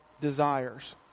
desires